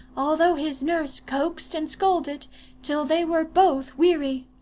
although his nurse coaxed and scolded till they were both weary.